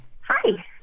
Hi